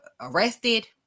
arrested